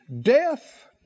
Death